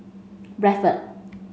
Bradford